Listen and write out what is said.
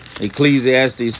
Ecclesiastes